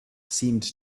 seemed